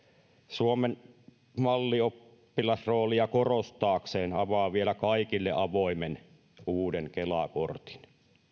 suomen mallioppilasroolia korostaakseen avaa vielä kaikille avoimen uuden kela kortin